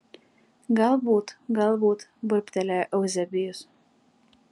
galbūt galbūt burbtelėjo euzebijus